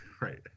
right